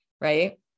Right